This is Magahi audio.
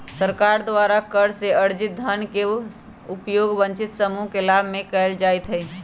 सरकार द्वारा कर से अरजित धन के उपयोग वंचित समूह के लाभ में कयल जाईत् हइ